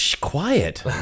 quiet